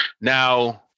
Now